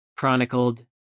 chronicled